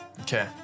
Okay